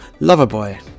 *Loverboy*